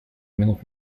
минут